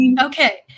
Okay